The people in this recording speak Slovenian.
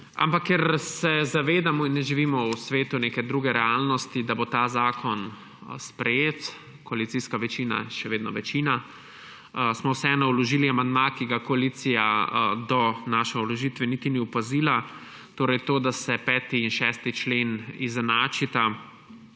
Ampak ker se zavedamo – in ne živimo v svetu neke druge realnosti –, da bo ta zakon sprejet, koalicijska večina je še vedno večina, smo vseeno vložili amandma, ki ga koalicija do naše vložitve niti ni opazila. Torej to, da se 5. in 6. člen izenačita